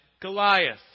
Goliath